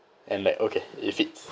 and like okay it fits